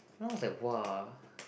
then I was like !wow!